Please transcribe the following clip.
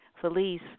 Felice